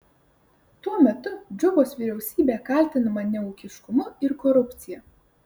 tuo metu džubos vyriausybė kaltinama neūkiškumu ir korupcija